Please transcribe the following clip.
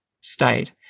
state